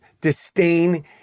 disdain